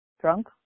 drunk